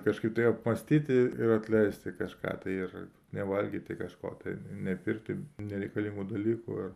kažkaip tai apmąstyti ir atleisti kažką tai ir nevalgyti kažko tai nepirkti nereikalingų dalykų ir